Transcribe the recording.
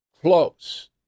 close